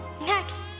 Max